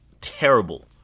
terrible